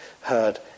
heard